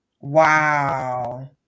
wow